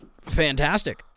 fantastic